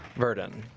verdon.